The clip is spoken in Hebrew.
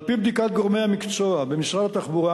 על-פי בדיקת גורמי המקצוע במשרד התחבורה,